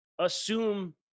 assume